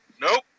nope